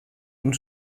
und